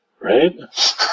Right